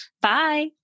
Bye